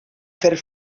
fer